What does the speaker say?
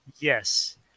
yes